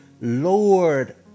Lord